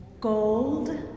gold